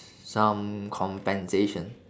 some compensation